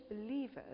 believers